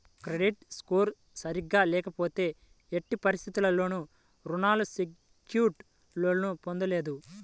credit score సరిగ్గా లేకపోతే ఎట్టి పరిస్థితుల్లోనూ రుణాలు సెక్యూర్డ్ లోన్లు పొందలేరు